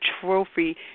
trophy